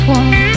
one